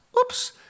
oops